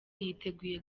yiteguye